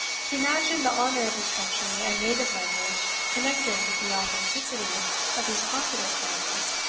he imagined the honour of his country and native language connected with the authenticity of these popular poems,